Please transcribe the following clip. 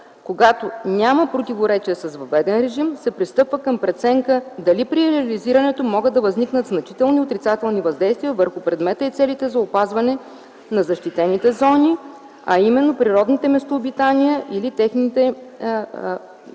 Когато няма противоречие с въведен режим, се пристъпва към преценка дали при реализирането могат да възникнат значителни отрицателни въздействия върху предмета и целите за опазване на защитените зони, а именно видове и техните местообитания, върху целостта